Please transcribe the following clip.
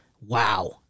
Wow